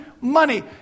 money